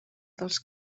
dels